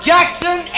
Jackson